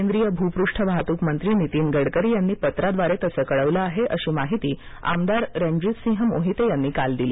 केंद्रीय भूपृष्ठ वाहतूक मंत्री नितीन गडकरी यांनी पत्राद्वारे तसं कळवलं आहे अशी माहिती आमदार रणजितसिंह मोहिते यांनी काल दिली